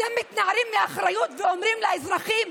אתם מתנערים מאחריות ואומרים לאזרחים: